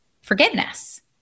forgiveness